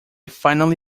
finally